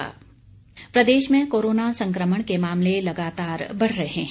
Covid प्रदेश में corona संक्रमण के मामले लगातार बढ़ रहे हैं